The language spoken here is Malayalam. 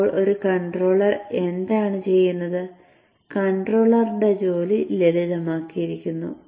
ഇപ്പോൾ ഒരു കൺട്രോളർ എന്താണ് ചെയ്യുന്നത് കൺട്രോളറുടെ ജോലി ലളിതമാക്കിയിരിക്കുന്നു